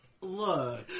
Look